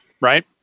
right